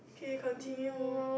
okay continue